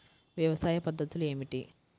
వ్యవసాయ పద్ధతులు ఏమిటి?